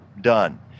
done